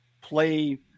play